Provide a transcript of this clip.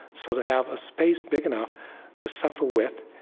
so, to have a space big enough to suffer with,